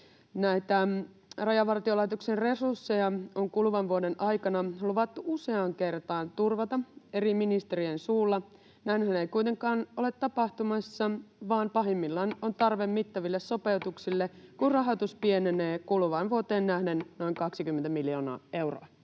Rajavartiolaitoksen resursseja on kuluvan vuoden aikana eri ministerien suulla luvattu useaan kertaan turvata. Näinhän ei kuitenkaan ole tapahtumassa, vaan pahimmillaan on tarve mittaville sopeutuksille, kun rahoitus pienenee kuluvaan vuoteen nähden noin 20 miljoonaa euroa.